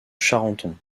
charenton